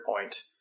point